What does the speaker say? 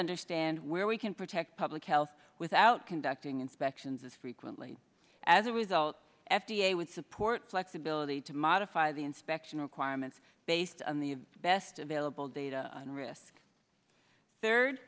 understand where we can protect public health without conducting inspections as frequently as a result f d a would support flexibility to modify the inspection requirements based on the best available data and risk third